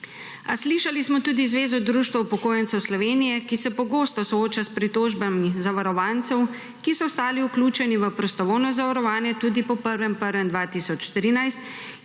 A slišali smo tudi Zvezo društev upokojencev Slovenije, ki se pogosto sooča s pritožbami zavarovancev, ki so ostali vključeni v prostovoljno zavarovanje tudi po 1. 1. 2013